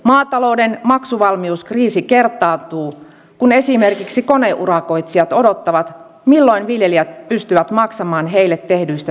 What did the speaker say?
maatalouden maksuvalmiuskriisi kertaantuu kun esimerkiksi koneurakoitsijat odottavat milloin viljelijät pystyvät maksamaan heille tehdyistä töistä